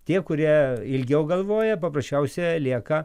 tie kurie ilgiau galvoja paprasčiausia lieka